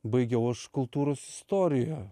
baigiau aš kultūros istoriją